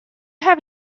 have